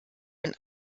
und